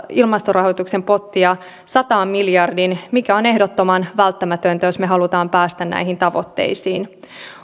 ilmastorahoituksen pottia sataan miljardiin mikä on ehdottoman välttämätöntä jos me haluamme päästä näihin tavoitteisiin